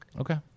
Okay